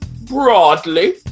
broadly